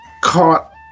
caught